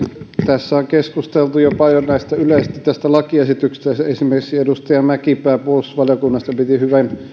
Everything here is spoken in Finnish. tässä on keskusteltu jo paljon yleisesti tästä lakiesityksestä esimerkiksi edustaja mäkipää puolustusvaliokunnasta piti hyvän